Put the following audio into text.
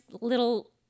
little